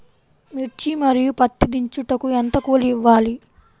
మిర్చి మరియు పత్తి దించుటకు ఎంత కూలి ఇవ్వాలి?